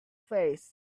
face